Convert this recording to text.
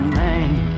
name